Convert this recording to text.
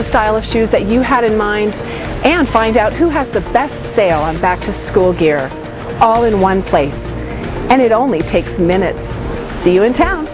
the style of shoes that you had in mind and find out who has the best sale on back to school gear all in one place and it only takes minutes in town